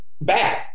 bad